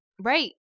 Right